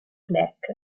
black